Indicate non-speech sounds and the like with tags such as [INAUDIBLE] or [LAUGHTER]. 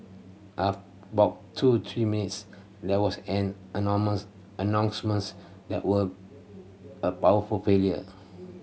after about two three minutes there was an [UNINTELLIGIBLE] announcement that were a power failure